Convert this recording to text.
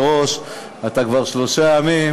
שדה-התעופה דב הוז (הוראות מיוחדות),